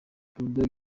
bulldogg